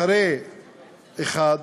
אחרי פסקה (1),